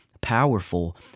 powerful